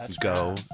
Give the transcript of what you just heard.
go